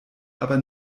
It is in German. aber